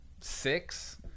six